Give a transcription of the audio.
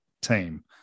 team